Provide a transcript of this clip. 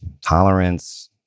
tolerance